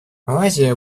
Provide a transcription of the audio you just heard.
малайзия